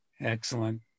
Excellent